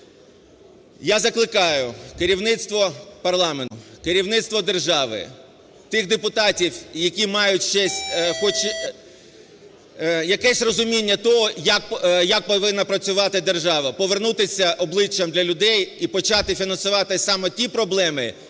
Я закликаю керівництво парламенту, керівництво держави, тих депутатів, які мають хоч якесь розуміння того, як повинна працювати держава, повернутися обличчям до людей і почати фінансувати саме ті проблеми,